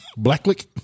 Blacklick